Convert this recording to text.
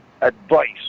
advice